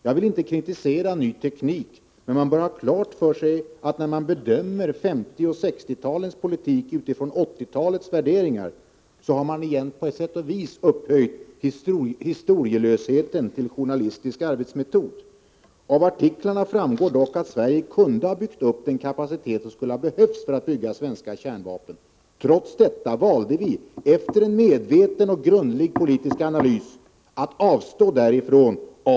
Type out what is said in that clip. Jag vill inte kritisera Ny Teknik, men vi bör ha klart för oss att när man bedömer 1950 och 1960-talens politik utifrån 1980-talets värderingar, så har man på sätt och vis upphöjt historielöshet till journalistisk arbetsmetod. Av artiklarna framgår dock att Sverige kunde ha byggt upp den kapacitet som skulle ha behövts för att tillverka svenska kärnvapen. Trots detta valde vi av säkerhetspolitiska skäl — efter en medveten och grundlig politisk analys — att avstå därifrån.